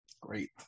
Great